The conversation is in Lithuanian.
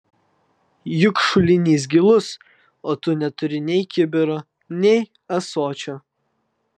juk šulinys gilus o tu neturi nei kibiro nei ąsočio